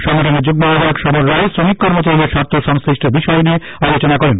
সংগঠনের যুগ্ম আহ্বায়ক সমর রায় শ্রমিক কর্মচারীদের স্বার্থ সংশ্লিষ্ট বিষয় নিয়ে আলোচনা করেন